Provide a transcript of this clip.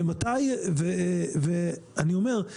ואני אומר,